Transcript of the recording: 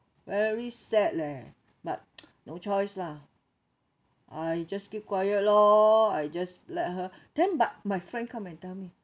very sad leh but no choice lah I just keep quiet loh I just let her then but my friend come and tell me